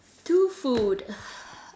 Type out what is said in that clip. two food